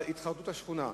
התחרדות השכונה.